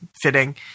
fitting